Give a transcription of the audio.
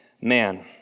man